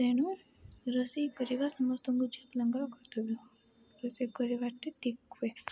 ତେଣୁ ରୋଷେଇ କରିବା ସମସ୍ତଙ୍କୁ ଝିଅ ପିଲାଙ୍କର କର୍ତ୍ତବ୍ୟ ହୁଏ ରୋଷେଇ କରିବା ଠିକ୍ ହୁଏ